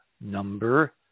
number